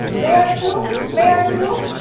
may i too may i too?